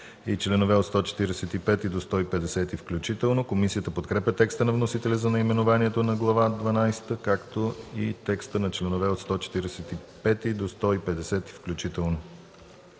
и членове от 173 до 175 включително. Комисията подкрепя текста на вносителя за наименованието на Глава шестнадесета и текстовете на членове от 173 до 175 включително.